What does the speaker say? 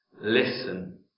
Listen